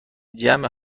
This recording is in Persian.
جمع